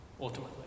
Ultimately